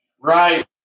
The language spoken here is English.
Right